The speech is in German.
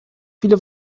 viele